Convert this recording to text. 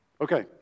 Okay